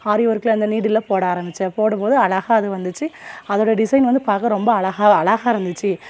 ஆரி ஒர்க்கில் அந்த நீடில்ல போட ஆரம்பித்தேன் போடும் போது அழகாக அது வந்துச்சு அதோடய டிசைன் வந்து பார்க்க ரொம்ப அழகா அழகா இருந்துச்சு